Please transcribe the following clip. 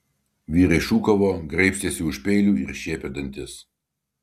vyrai šūkavo graibstėsi už peilių ir šiepė dantis